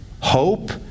hope